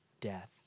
death